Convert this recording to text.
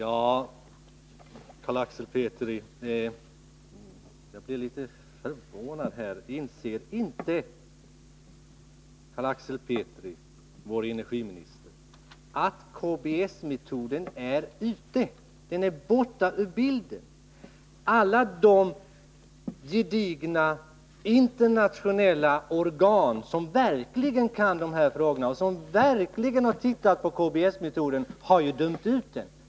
Herr talman! Jag blir litet förvånad, Carl Axel Petri. Inser inte Carl Axel Petri, vår energiminister, att KBS-metoden är ute? Den är borta ur bilden. Alla de gedigna internationella organ som verkligen kan de här frågorna och som verkligen har tittat på KBS-metoden har ju dömt ut den.